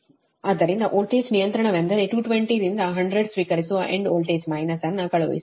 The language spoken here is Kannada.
ಆದ್ದರಿಂದ ವೋಲ್ಟೇಜ್ ನಿಯಂತ್ರಣವೆಂದರೆ 220 ರಿಂದ 100 ಸ್ವೀಕರಿಸುವ ಎಂಡ್ ವೋಲ್ಟೇಜ್ ಮೈನಸ್ ಅನ್ನು ಕಳುಹಿಸುವುದು